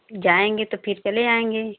जाएँगे तो फिर चले आएँगे